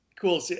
cool